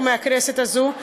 או מהכנסת הזאת?